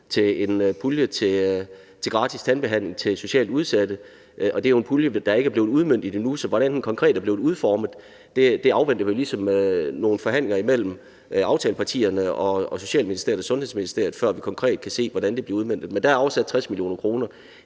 til en pulje til gratis tandbehandling til socialt udsatte, og det er jo en pulje, der ikke er blevet udmøntet endnu. Så hvordan den konkret bliver udformet og udmøntet, afventer vi ligesom nogle forhandlinger imellem aftalepartierne og Socialministeriet og Sundhedsministeriet for at kunne se. Men der er afsat 60 mio. kr.,